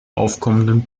aufkommenden